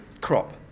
crop